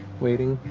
waiting.